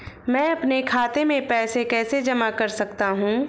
मैं अपने खाते में पैसे कैसे जमा कर सकता हूँ?